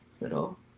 little